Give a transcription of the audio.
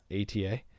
ATA